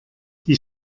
die